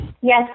Yes